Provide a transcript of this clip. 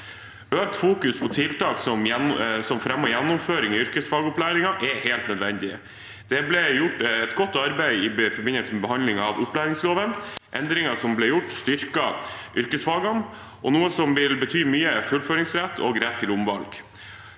Økt fokus på tiltak som fremmer gjennomføring i yrkesfagopplæringen, er helt nødvendig. Det ble gjort et godt arbeid i forbindelse med behandlingen av opplæringsloven. Endringer som ble gjort, styrket yrkesfagene, og noe som vil bety mye, er fullføringsrett og rett til omvalg.